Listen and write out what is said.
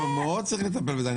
מאוד צריך לטפל בזה.